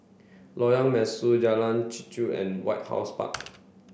Lorong Mesu Jalan Chichau and White House Park